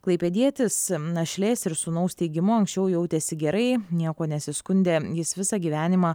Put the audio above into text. klaipėdietis našlės ir sūnaus teigimu anksčiau jautėsi gerai niekuo nesiskundė jis visą gyvenimą